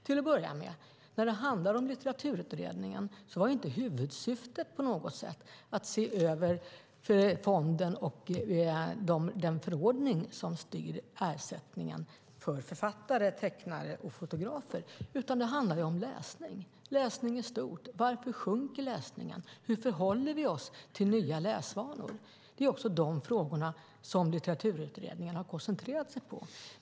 Till att börja med vill jag säga att huvudsyftet med Litteraturutredningen inte var att se över fonden och den förordning som styr ersättningen till författare, tecknare och fotografer, utan det handlade om läsning i stort. Varför sjunker läsningen? Hur förhåller vi oss till nya läsvanor? Det är också de frågorna som Litteraturutredningen har koncentrerat sig på.